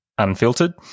unfiltered